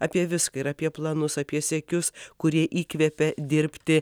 apie viską ir apie planus apie siekius kurie įkvepia dirbti